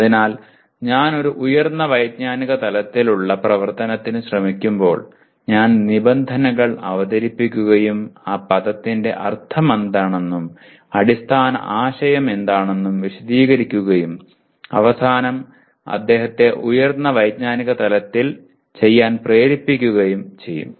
അതിനാൽ ഞാൻ ഒരു ഉയർന്ന വൈജ്ഞാനിക തലത്തിലുള്ള പ്രവർത്തനത്തിന് ശ്രമിക്കുമ്പോൾ ഞാൻ നിബന്ധനകൾ അവതരിപ്പിക്കുകയും ആ പദത്തിന്റെ അർത്ഥമെന്താണെന്നും അടിസ്ഥാന ആശയം എന്താണെന്നും വിശദീകരിക്കുകയും അവസാനം അദ്ദേഹത്തെ ഉയർന്ന വൈജ്ഞാനിക തലത്തിൽ ചെയ്യാൻ പ്രേരിപ്പിക്കുകയും ചെയ്യും